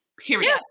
period